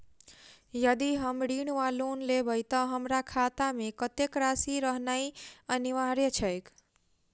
यदि हम ऋण वा लोन लेबै तऽ हमरा खाता मे कत्तेक राशि रहनैय अनिवार्य छैक?